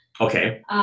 Okay